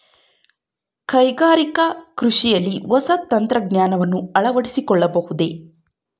ಕೈಗಾರಿಕಾ ಕೃಷಿಯಲ್ಲಿ ಹೊಸ ತಂತ್ರಜ್ಞಾನವನ್ನ ಅಳವಡಿಸಿಕೊಳ್ಳಬಹುದೇ?